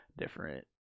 different